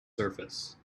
surface